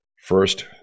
first